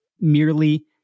merely